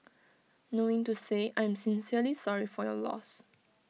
knowing to say I'm sincerely sorry for your loss